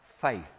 faith